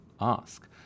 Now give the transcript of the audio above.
ask